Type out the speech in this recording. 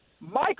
Michael